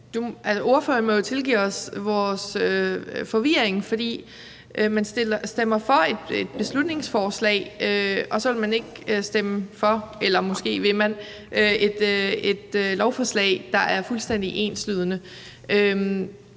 Ordføreren må jo tilgive os vores forvirring, for man stemmer for et beslutningsforslag, og så vil man ikke stemme for, eller måske vil man, et lovforslag, der er fuldstændig enslydende.